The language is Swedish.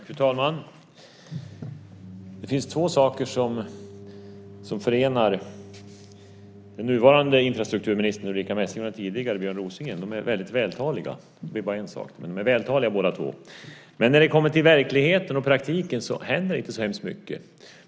Fru talman! Det finns två saker som förenar den nuvarande infrastrukturministern Ulrica Messing och den tidigare, Björn Rosengren. De är båda väldigt vältaliga. Men när det kommer till verkligheten och praktiken händer det inte särskilt mycket.